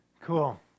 Cool